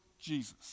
Jesus